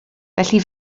felly